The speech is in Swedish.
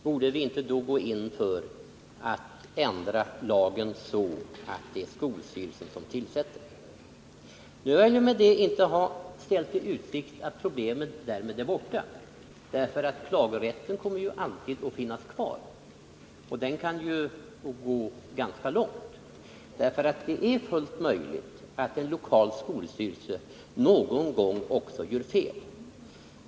Borde vi inte då gå in för att ändra lagen så att det är skolstyrelsen som tillsätter? Nu vill jag med detta inte ha ställt i utsikt att problemet därmed är borta. Klagorätten kommer ju alltid att finnas kvar, och den kan gå ganska långt. Det är möjligt att en lokal skolstyrelse någon gång gör fel.